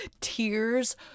tears